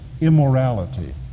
immorality